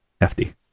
hefty